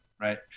right